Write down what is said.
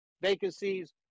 vacancies